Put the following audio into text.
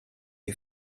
you